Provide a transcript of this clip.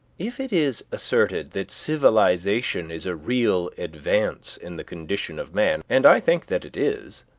if it is asserted that civilization is a real advance in the condition of man and i think that it is,